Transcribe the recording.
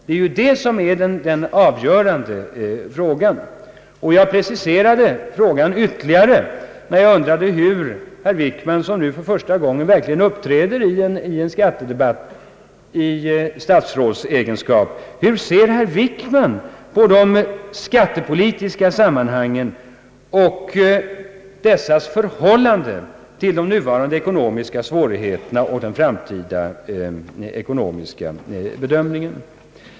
Det är ju den avgörande frågan. Jag preciserade frågan ytterligare när jag undrade hur herr Wickman, som nu för första gången verkligen uppträder i en skattedebatt i statsrådsegenskap, ser på de skattepolitiska sammanhangen och deras förhållande till de nuvarande ekonomiska svårigheterna och den framtida ekonomiska bedömningen.